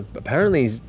but apparently,